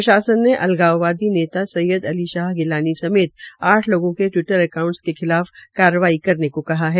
प्रशासन ने अलगाववादी नेता सैयद अली शाह गिलानी समेत आठ लोगों के टिवीटर अकाउंटस के खिलाफ कार्रवाई करने को कहा है